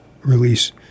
release